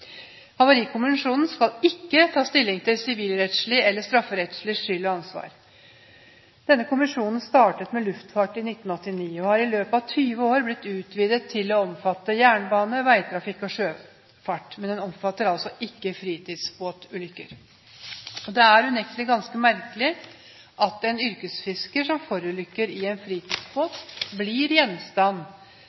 skal ikke ta stilling til sivilrettslig eller strafferettslig skyld og ansvar. Denne kommisjonen startet med luftfart i 1989 og har i løpet av 20 år blitt utvidet til å omfatte jernbane, veitrafikk og sjøfart. Men den omfatter altså ikke fritidsbåtulykker. Det er unektelig ganske merkelig at en yrkesfisker som forulykker i en fritidsbåt, blir gjenstand